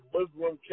Muslim